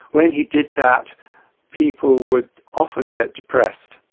when he did that people would often get depressed.